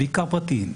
בעיקר פרטיים.